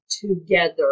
together